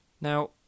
Now